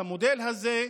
את המודל הזה,